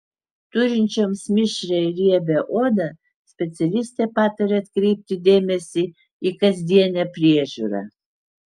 turinčioms mišrią ir riebią odą specialistė pataria atkreipti dėmesį į kasdienę priežiūrą